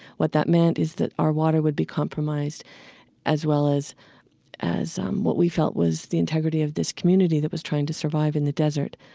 what that meant is that our water would be compromised as well as as um what we felt was the integrity of this community that was trying to survive in the desert.